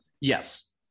Yes